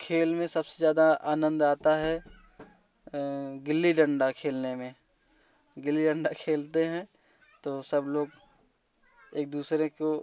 खेल में सबसे ज्यादा आनंद आता है गिल्ली डंडा खेलने में गिल्ली डंडा खेलते हैं तो सब लोग एक दूसरे को